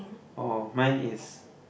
orh mine is